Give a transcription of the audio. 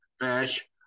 match